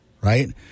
Right